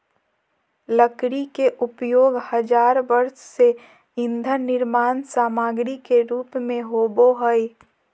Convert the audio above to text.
लकड़ी के उपयोग हजार वर्ष से ईंधन निर्माण सामग्री के रूप में होबो हइ